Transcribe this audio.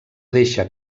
deixa